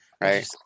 right